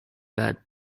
bad